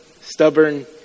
Stubborn